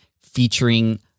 featuring